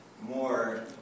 More